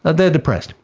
ah they're depressed,